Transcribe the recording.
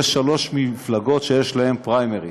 יש שלוש מפלגות שיש להן פריימריז,